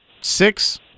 Six